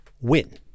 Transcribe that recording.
win